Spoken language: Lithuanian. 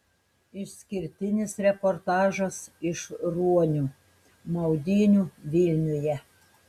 išskirtinis reportažas iš ruonių maudynių vilniuje